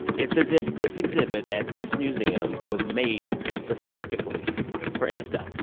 it's as if this exhibit at this museum was made specifically for insta.